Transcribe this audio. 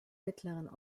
mittleren